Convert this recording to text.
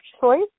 choice